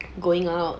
going out